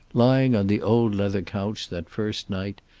lying on the old leather couch that first night,